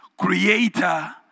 creator